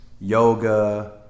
Yoga